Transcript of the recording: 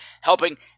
helping